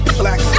black